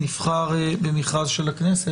נבחר במכרז של הכנסת.